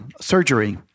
surgery